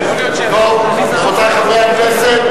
רבותי חברי הכנסת,